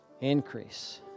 Increase